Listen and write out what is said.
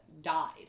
died